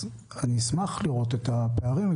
אני אשמח לראות את הפערים.